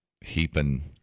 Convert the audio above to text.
heaping